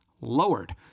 lowered